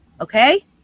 okay